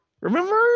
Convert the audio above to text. Remember